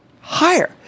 higher